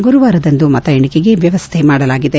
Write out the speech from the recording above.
ಗುರುವಾರದಂದು ಮತಎಣಿಕೆಗೆ ವ್ವವಸ್ಥೆ ಮಾಡಲಾಗಿದೆ